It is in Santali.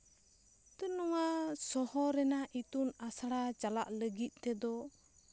ᱟᱫᱚ ᱱᱚᱣᱟ ᱥᱚᱦᱚᱨ ᱨᱮᱱᱟᱜ ᱤᱛᱩᱱ ᱟᱥᱲᱟ ᱪᱟᱞᱟᱣ ᱞᱟᱹᱜᱤᱫ ᱛᱮᱫᱚ